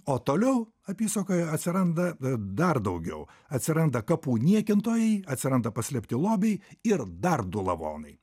o toliau apysakoje atsiranda dar daugiau atsiranda kapų niekintojai atsiranda paslėpti lobiai ir dar du lavonai